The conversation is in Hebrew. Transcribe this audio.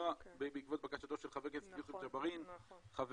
בעקבות בקשתו של ח"כ יוסף ג'בארין חברי,